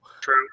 true